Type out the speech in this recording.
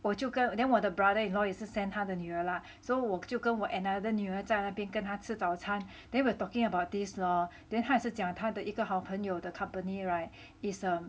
我就跟 then 我的 brother in law 也是 send 她的女儿 lah so 我就跟我 another 女儿在那边跟他吃早餐 then we were talking about these lor then 他也是讲他的一个好朋友的 company [right] is a